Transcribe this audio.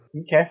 Okay